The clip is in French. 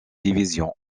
division